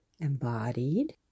embodied